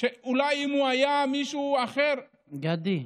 שאולי אם הוא היה מישהו אחר, גדי,